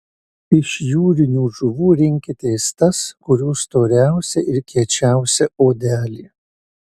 iš jūrinių žuvų rinkitės tas kurių storiausia ir kiečiausia odelė